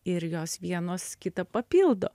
ir jos vienos kitą papildo